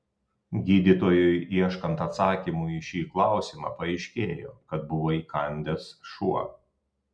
gydytojui ieškant atsakymų į šį klausimą paaiškėjo kad buvo įkandęs šuo